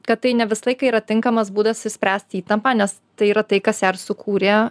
kad tai ne visą laiką yra tinkamas būdas išspręsti įtampą nes tai yra tai kas ją ir sukūrė